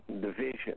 division